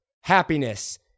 Happiness